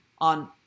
on